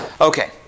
Okay